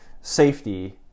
safety